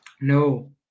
No